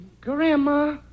Grandma